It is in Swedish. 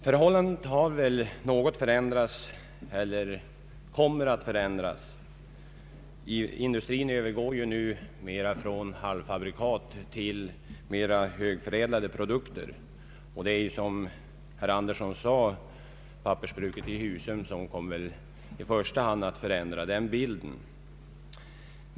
Förhållandet kommer väl att något förändras. Industrin övergår ju nu från halvfabrikat till mera högförädlade produkter. Det är, som herr Andersson sade, pappersbruket i Husum som i första hand kommer att förändra bilden.